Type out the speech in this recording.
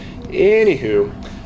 Anywho